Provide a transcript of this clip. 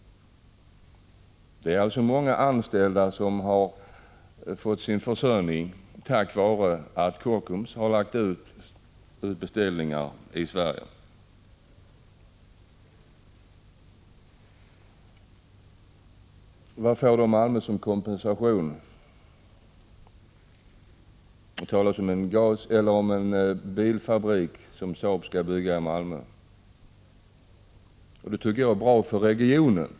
Det är alltså många anställda som har fått sin försörjning tack vare att Kockums har lagt ut beställningar i Sverige. Vad får då Malmö som kompensation? Det talas om att Saab skall bygga en bilfabrik i Malmö. Detta tycker jag är bra för regionen.